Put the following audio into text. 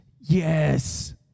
Yes